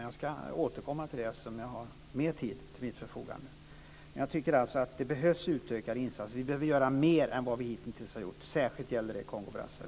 Jag ska återkomma till det eftersom jag har mer talartid till mitt förfogande. Det behövs utvecklande insatser. Vi behöver göra mer än vad vi hitintills har gjort - särskilt när det gäller